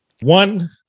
One